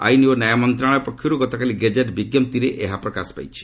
ଆଇନ ଓ ନ୍ୟାୟ ମନ୍ତ୍ରଣାଳୟ ପକ୍ଷରୁ ଗତକାଲି ଗେଜେଟ୍ ବିଞ୍କପ୍ତିରେ ଏହା ପ୍ରକାଶ ପାଇଛି